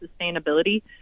sustainability